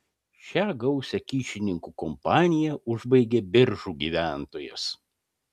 šią gausią kyšininkų kompaniją užbaigė biržų gyventojas